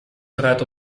vooruit